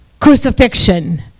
crucifixion